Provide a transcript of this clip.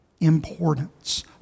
importance